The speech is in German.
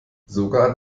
sogar